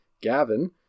Gavin